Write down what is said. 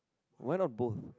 why not both